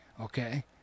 okay